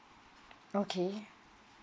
okay